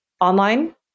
online